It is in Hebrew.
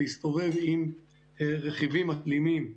להסתובב עם רכיבים מתאימים.